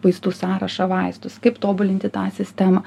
vaistų sąrašą vaistus kaip tobulinti tą sistemą